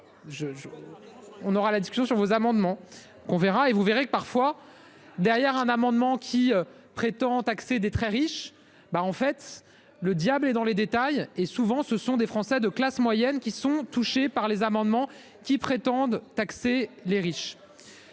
On aura la discussion sur vos amendements qu'on verra et vous verrez que parfois. Derrière un amendement qui prétend taxer des très riches. Bah en fait. Le diable est dans les détails et souvent ce sont des Français de classe moyenne qui sont touchés par les amendements qui prétendent taxer les riches.